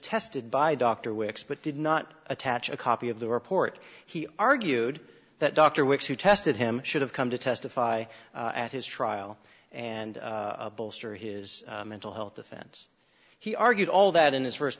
tested by dr wicks but did not attach a copy of the report he argued that dr wicks who tested him should have come to testify at his trial and bolster his mental health defense he argued all that in his first